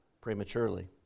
prematurely